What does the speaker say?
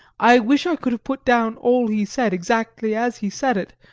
i wish i could put down all he said exactly as he said it,